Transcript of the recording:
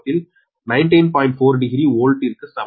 40 வோல்ட்டிற்கு சமம்